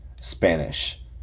Spanish